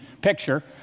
picture